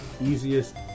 easiest